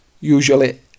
usually